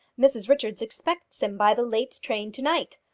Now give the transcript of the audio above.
mrs richards expects him by the late train to-night.